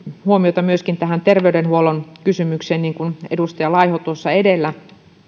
huomiota tähän terveydenhuollon kysymykseen niin kuin edustaja laiho tuossa edellä